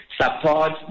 support